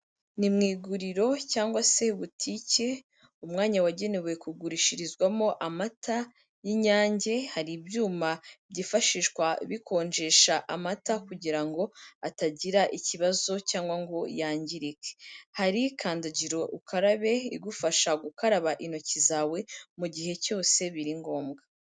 Ni mu iguriro cyangwa se butike, umwanya wagenewe kugurishirizwamo amata y'Inyange, hari ibyuma byifashishwa bikonjesha amata kugira ngo atagira ikibazo cyangwa ngo yangirike, hari kandagirukarabe igufasha gukaraba intoki zawe mugihe cyose biri ngombwa.